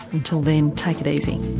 until then, take it easy